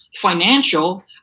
financial